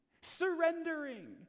surrendering